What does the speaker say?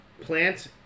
plant